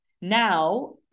Now